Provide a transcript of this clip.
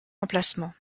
emplacement